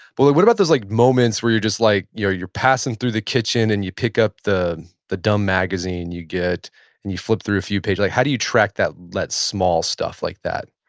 but like what about those like moments where you're just like you're you're passing through the kitchen and you pick up the the dumb magazine you get and you flip through a few pages. like how do you track that small stuff like that?